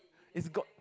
is god